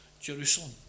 Jerusalem